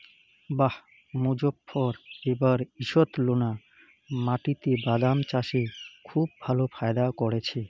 বাঃ মোজফ্ফর এবার ঈষৎলোনা মাটিতে বাদাম চাষে খুব ভালো ফায়দা করেছে